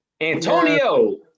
Antonio